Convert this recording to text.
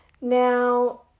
Now